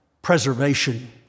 Preservation